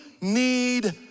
need